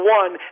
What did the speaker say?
one